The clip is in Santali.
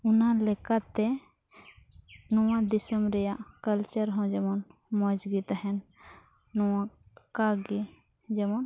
ᱚᱱᱟ ᱞᱮᱠᱟᱛᱮ ᱱᱚᱣᱟ ᱫᱤᱥᱚᱢ ᱨᱮᱭᱟᱜ ᱠᱟᱞᱪᱟᱨ ᱦᱚᱸ ᱡᱮᱢᱚᱱ ᱢᱚᱡᱽ ᱜᱮ ᱛᱟᱦᱮᱱ ᱱᱚᱝᱠᱟ ᱜᱮ ᱡᱮᱢᱚᱱ